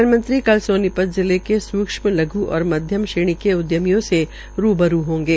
प्रधानमंत्री कल सोनीपत जिले के सूक्ष्म लघ् और मध्यम श्रेणी के उद्यमियों से रूबरू होंगे